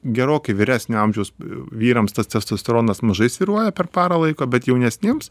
gerokai vyresnio amžiaus vyrams tas testosteronas mažai svyruoja per parą laiko bet jaunesniems